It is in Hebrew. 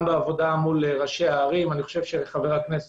גם בעבודה מול ראשי ערים אני חושב שאריאל